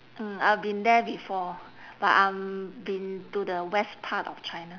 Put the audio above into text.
mm I've been there before but I'm been to the west part of china